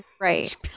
right